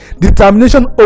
determination